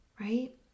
right